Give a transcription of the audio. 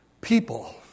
people